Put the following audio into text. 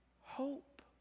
Hope